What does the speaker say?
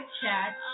chat